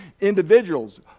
individuals